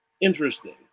interesting